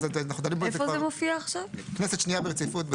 רק אנחנו דנים בזה כבר כנסת שנייה ברציפות.